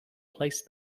placed